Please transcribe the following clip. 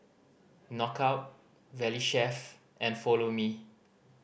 Knockout Valley Chef and Follow Me